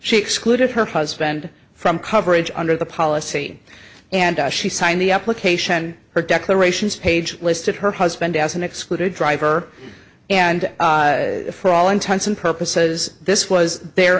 she excluded her husband from coverage under the policy and she signed the application her declarations page listed her husband as an excluded driver and for all intents and purposes this was their